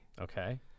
Okay